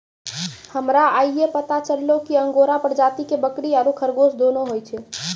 हमरा आइये पता चललो कि अंगोरा प्रजाति के बकरी आरो खरगोश दोनों होय छै